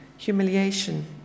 Humiliation